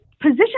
position